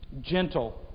Gentle